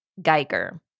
geiger